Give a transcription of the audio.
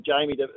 Jamie